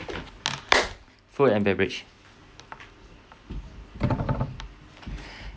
food and beverage